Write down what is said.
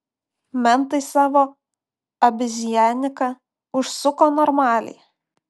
mentai savo abizjaniką užsuko normaliai